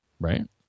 right